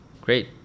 Great